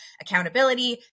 accountability